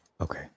Okay